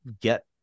get